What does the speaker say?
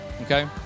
Okay